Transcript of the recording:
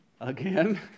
again